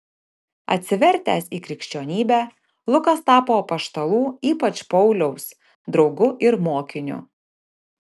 atsivertęs į krikščionybę lukas tapo apaštalų ypač pauliaus draugu ir mokiniu